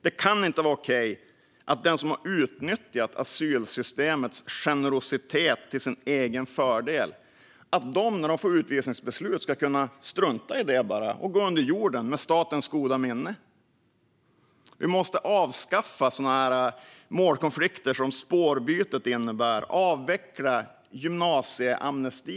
Det kan inte vara okej att de som har utnyttjat asylsystemets generositet till sin egen fördel när de får utvisningsbeslutet bara ska kunna strunta i det och gå under jorden med statens goda minne. Vi måste avskaffa målkonflikter som spårbytet innebär och avveckla gymnasieamnestin.